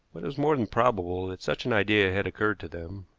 but it was more than probable that such an idea had occurred to them.